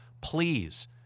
please